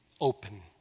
open